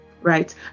right